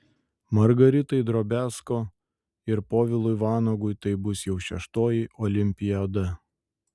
margaritai drobiazko ir povilui vanagui tai bus jau šeštoji olimpiada